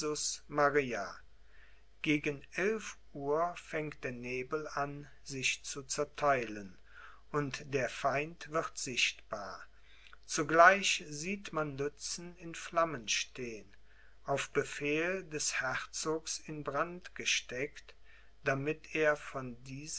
gegen eilf uhr fängt der nebel an sich zu zertheilen und der feind wird sichtbar zugleich sieht man lützen in flammen stehen auf befehl des herzogs in brand gesteckt damit er von dieser